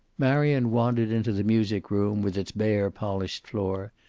marion wandered into the music-room, with its bare polished floor,